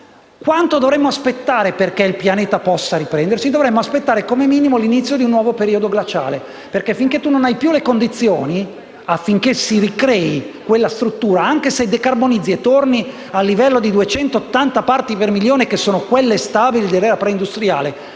quanto dovremmo aspettare perché il pianeta possa riprendersi? Dovremmo aspettare, come minimo, l'inizio di un nuovo periodo glaciale. Finché non si hanno le condizioni per ricreare quella struttura, anche se si decarbonizza e si torna a livello di 280 parti per milione (che sono quelle stabili dell'era preindustriale),